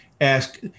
ask